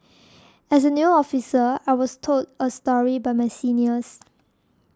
as a new officer I was told a story by my seniors